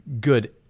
good